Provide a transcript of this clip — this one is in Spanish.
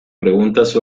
preguntas